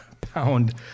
pound